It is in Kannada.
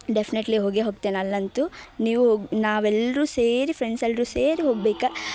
ಡೆಫಿನೆಟ್ಲಿ ಹೋಗೇ ಹೋಗ್ತೀನಿ ಅಲ್ಲಂತೂ ನೀವು ಹೋಗ್ ನಾವೆಲ್ಲರೂ ಸೇರಿ ಫ್ರೆಂಡ್ಸ್ ಎಲ್ಲರೂ ಸೇರಿ ಹೋಗ್ಬೇಕು